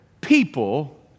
people